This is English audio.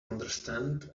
understand